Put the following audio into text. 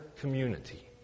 community